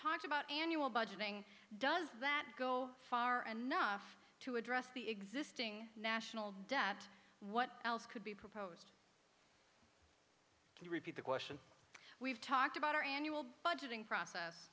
talked about annual budgeting does that go far enough to address the existing national debt what else could be proposed can you repeat the question we've talked about our annual budgeting process